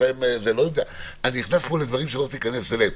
אני נכנס כאן לדברים שאני לא רוצה להיכנס אליהם.